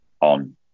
on